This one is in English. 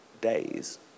days